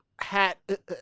hat